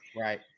Right